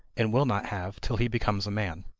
and will not have till he becomes a man.